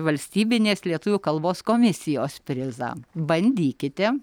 valstybinės lietuvių kalbos komisijos prizą bandykite